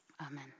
Amen